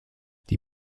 die